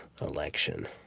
election